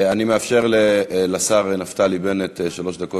אני מאפשר לשר נפתלי בנט שלוש דקות